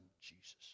Jesus